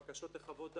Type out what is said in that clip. בקשות לחוות דעת.